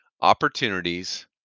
opportunities